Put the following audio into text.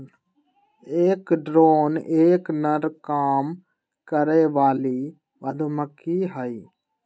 एक ड्रोन एक नर काम करे वाली मधुमक्खी हई